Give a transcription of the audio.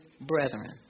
brethren